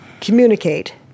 communicate